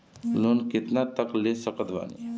Loan कितना तक ले सकत बानी?